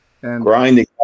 Grinding